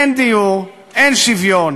אין דיור, אין שוויון.